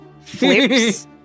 flips